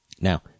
now